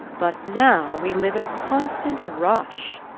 but now we live in a constant rush,